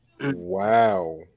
Wow